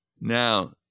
Now